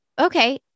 okay